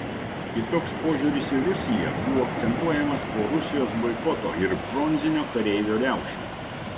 kitoks požiūris į rusiją buvo akcentuojamas po rusijos boikoto ir bronzinio kareivio riaušių